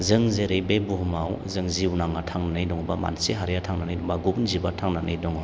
जों जेरै बे बुहुमाव जों जिउनाङा थांनानै दङ बा मानसि हारिया थांनानै बा गुबुन जिबआ थांनानै दङ